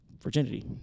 virginity